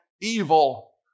evil